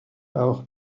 auch